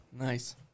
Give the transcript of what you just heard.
Nice